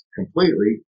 completely